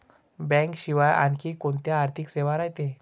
बँकेशिवाय आनखी कोंत्या आर्थिक सेवा रायते?